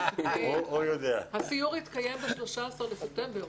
הסיור יתקיים ב-13 בספטמבר,